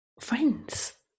friends